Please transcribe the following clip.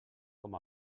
com